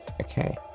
Okay